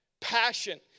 passion